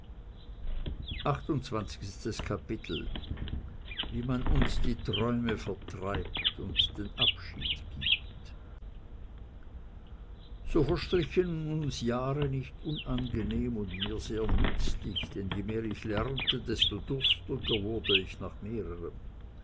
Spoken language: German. wie man uns die träume vertreibt und den abschied gibt so verstrichen uns jahre nicht unangenehm und mir sehr nützlich denn je mehr ich lernte desto durstiger wurde ich nach mehrerem